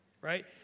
Right